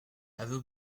avait